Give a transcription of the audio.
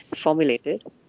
formulated